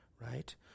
right